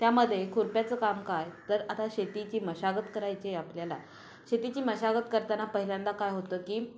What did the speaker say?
त्यामध्ये खुरप्याचं काम काय तर आता शेतीची मशागत करायची आहे आपल्याला शेतीची मशागत करताना पहिल्यांदा काय होतं की